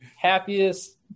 happiest